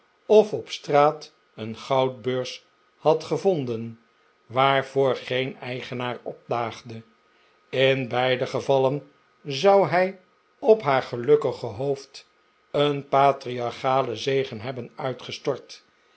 of op straat een goudbeurs had gevonden waarvoor geen eigenaar opdaagde in beide gevallen zou hij op haar gelukkige hoofd een patriarchalen zegen hebben uitgestort